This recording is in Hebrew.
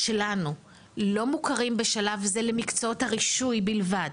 שלנו לא מוכרים בשלב זה למקצועות הרישוי בלבד,